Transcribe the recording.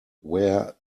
where